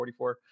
44